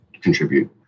contribute